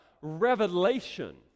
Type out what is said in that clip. revelation